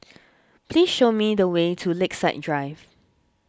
please show me the way to Lakeside Drive